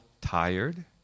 tired